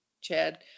Chad